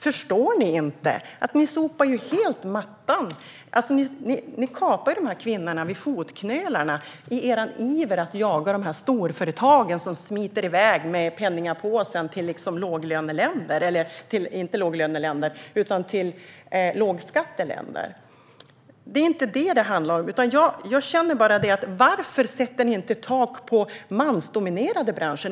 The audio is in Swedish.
Förstår ni inte att ni kapar kvinnorna vid fotknölarna i er iver att jaga storföretagen som smiter i väg med penningpåsen till lågskatteländer? Det är inte detta det handlar om. Varför sätter ni inte tak på mansdominerade branscher?